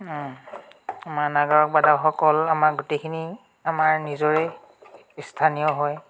আমাৰ নাগাৰা বাদকসকল আমাৰ গোটেইখিনি আমাৰ নিজৰেই স্থানীয় হয়